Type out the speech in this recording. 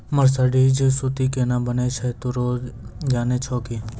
mercerised सूती केना बनै छै तोहों जाने छौ कि